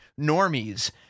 normies